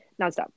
Nonstop